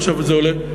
עכשיו כשזה עולה,